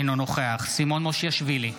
אינו נוכח סימון מושיאשוילי,